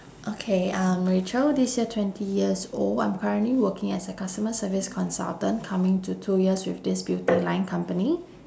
okay I'm rachel this year twenty years old I'm currently working as a customer service consultant coming to two years with this beauty line company